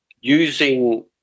using